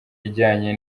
ijyanye